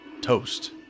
toast